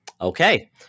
okay